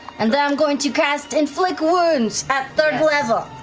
and then i'm going to cast inflict wounds at third level.